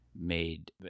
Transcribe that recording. made